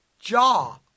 Jaw